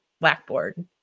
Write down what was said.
blackboard